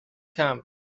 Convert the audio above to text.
camp